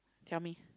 tell me